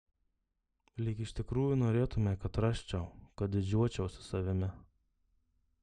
lyg iš tikrųjų norėtumei kad rasčiau kad didžiuočiausi savimi